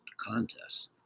Contest